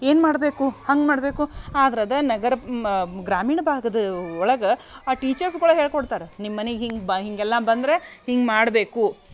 ಏನು ಮಾಡಬೇಕು ಹಂಗೆ ಮಾಡಬೇಕು ಆದ್ರೆ ಅದೇ ನಗರ ಮ ಗ್ರಾಮೀಣ ಭಾಗದ ಒಳಗೆ ಆ ಟೀಚರ್ಸ್ಗಳೇ ಹೇಳ್ಕೊಡ್ತಾರ ನಿಮ್ಮ ಮನಿಗೆ ಹಿಂಗೆ ಬಾ ಹೀಗೆಲ್ಲ ಬಂದರೆ ಹಿಂಗೆ ಮಾಡಬೇಕು